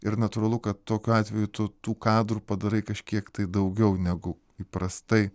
ir natūralu kad tokiu atveju tu tų kadrų padarai kažkiek tai daugiau negu įprastai